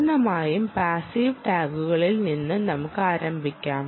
പൂർണ്ണമായും പാസീവ് ടാഗുകളിൽ നിന്ന് നമുക്ക് ആരംഭിക്കാം